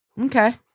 Okay